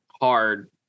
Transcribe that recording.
hard